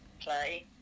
play